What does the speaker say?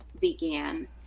began